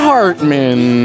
Hartman